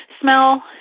Smell